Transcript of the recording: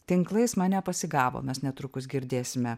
tinklais mane pasigavo mes netrukus girdėsime